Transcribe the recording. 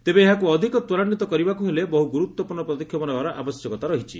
ତେବେ ଏହାକୁ ଅଧିକ ତ୍ୱରାନ୍ୱିତ କରିବାକୁ ହେଲେ ବହୁ ଗୁରୁତ୍ୱପୂର୍ଣ୍ଣ ପଦକ୍ଷେପ ନେବାର ଆବଶ୍ୟକତା ରହିଛି